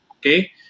okay